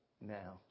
now